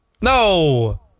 No